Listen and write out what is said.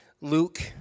Luke